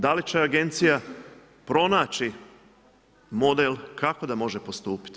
Da li će agencija pronaći model kako da može postupiti.